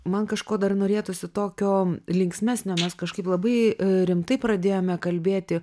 man kažko dar norėtųsi tokio linksmesnio mes kažkaip labai rimtai pradėjome kalbėti